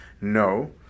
no